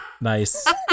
nice